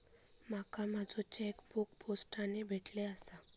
माका माझो चेकबुक पोस्टाने भेटले आसा